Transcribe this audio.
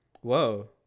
Whoa